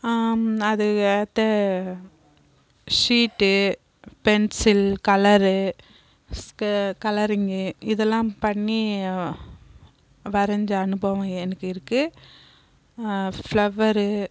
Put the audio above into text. அது ஏற்ற sheet pencil colours colouring இதெல்லாம் பண்ணி வரைஞ்ச அனுபவம் எனக்கு இருக்கு ஃபிளவரு